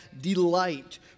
delight